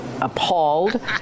appalled